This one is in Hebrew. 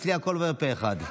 אצלי הכול עובר פה אחד.